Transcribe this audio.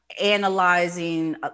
analyzing